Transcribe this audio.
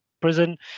prison